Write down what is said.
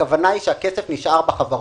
הכוונה היא שהכסף נשאר בחברות,